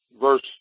verse